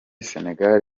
senegal